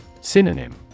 Synonym